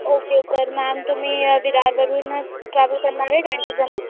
okay तर ma'am तुम्ही विरारवरूनच ट्रॅव्हल करणार आहे ट्वेंटी जण